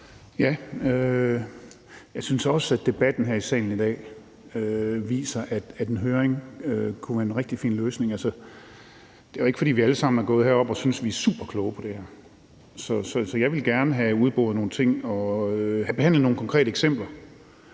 Jeg synes også, at debatten her i salen i dag viser, at en høring kunne være en rigtig fin løsning. Altså, det er jo ikke, fordi vi alle sammen er gået herop og har syntes, at vi er superkloge på det her, så jeg vil gerne have udboret nogle ting og have behandlet nogle konkrete eksempler.